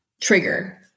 trigger